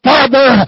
Father